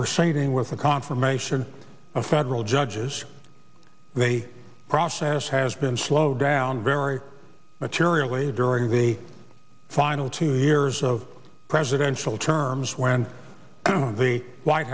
proceeding with the confirmation of federal judges they process has been slowed down very materially during the final two years of presidential terms when the white